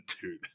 dude